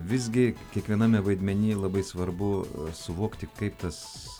visgi kiekviename vaidmeny labai svarbu suvokti kaip tas